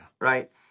Right